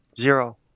Zero